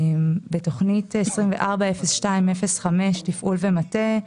בתוכנית 240205 תפעול ומטה,